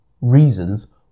reasons